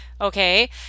Okay